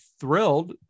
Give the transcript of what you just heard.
thrilled